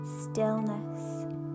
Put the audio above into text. stillness